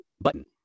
button